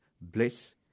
bliss